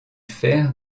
fer